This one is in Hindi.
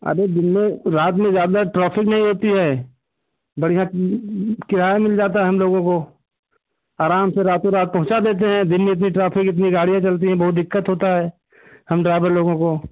अरे दिन में रात में ज्यादा ट्रैफिक नहीं होती है बढ़िया किराया मिल जाता है हम लोगों को आराम से रातों रात पहुंचा देते हैं दिन में इतनी ट्रैफिक इतनी गाड़ियाँ चलती है बहुत दिक्कत होता है हम ड्राईवर लोगों को